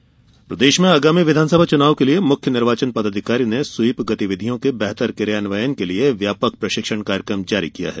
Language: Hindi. चुनाव प्रशिक्षण प्रदेश में आगामी विधान सभा चुनाव के लिए मुख्य निर्वाचन पदाधिकारी ने स्वीप गतिविधियों के बेहतर क्रियान्वयन के लिए व्यापक प्रशिक्षण कार्यक्रम जारी किया है